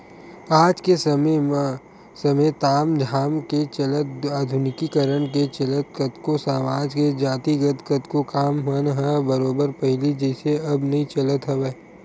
आज के समे ताम झाम के चलत आधुनिकीकरन के चलत कतको समाज के जातिगत कतको काम मन ह बरोबर पहिली जइसे अब नइ चलत हवय